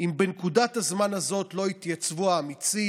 נפגשנו עם רוני גמזו, עם איתמר